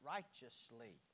Righteously